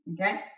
Okay